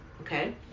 okay